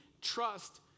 trust